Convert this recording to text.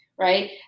Right